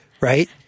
right